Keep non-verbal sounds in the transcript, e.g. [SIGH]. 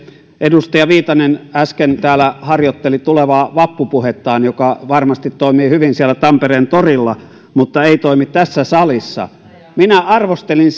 edustaja viitanen äsken täällä harjoitteli tulevaa vappupuhettaan joka varmasti toimii hyvin siellä tampereen torilla mutta ei toimi tässä salissa minä arvostelin [UNINTELLIGIBLE]